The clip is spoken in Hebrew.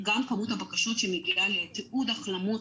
גם כמות הבקשות שמגיעה לתיעוד החלמות